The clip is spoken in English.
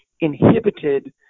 inhibited